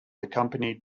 accompanied